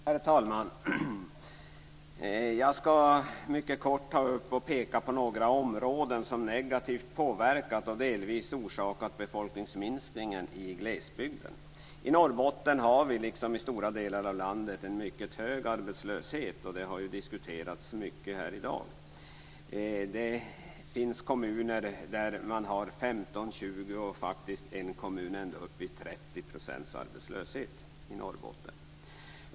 Herr talman! Jag skall mycket kort peka på några områden som negativt påverkat och delvis orsakat befolkningsminskningen i glesbygden. I Norrbotten har vi liksom i stora delar av landet en mycket hög arbetslöshet. Det har diskuterats här i dag. Det finns kommuner där man har 15 %, 20 % och en kommun upp till 30 % arbetslöshet i Norrbotten.